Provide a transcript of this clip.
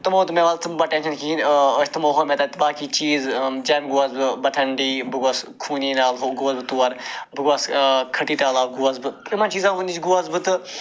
تِمو دوٚپ مےٚ وَلہٕ ژٕ مہٕ بَر ٹٮ۪نشَن کِہیٖنۍ أسۍ تِمو ہوٚو مےٚ تتہِ باقی چیٖز جَمہِ گوس بہٕ بَٹھِنڈی بہٕ گوس خوٗنی نالہٕ بہٕ گوس تور بہٕ گوس کھٹی تالاب گوس بہٕ یِمن چیٖزَن نِش گوس بہٕ تہٕ